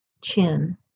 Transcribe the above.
chin